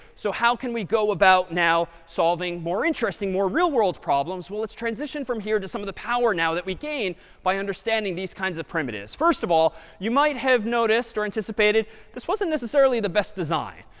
so how can we go about now solving more interesting, more real world problems? well, let's transition from here to some of the power now that we gain by understanding these kinds of primitives. first of all, you might have noticed or anticipated this wasn't necessarily the best design.